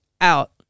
out